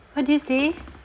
what did you say